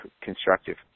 constructive